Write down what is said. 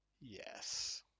Yes